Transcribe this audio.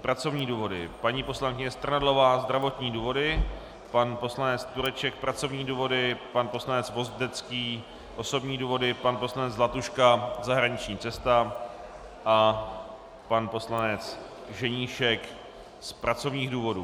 pracovní důvody, paní poslankyně Strnadlová zdravotní důvody, pan poslanec Tureček pracovní důvody, pan poslanec Vozdecký osobní důvody, pan poslanec Zlatuška zahraniční cesta a pan poslanec Ženíšek z pracovních důvodů.